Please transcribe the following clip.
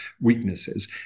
weaknesses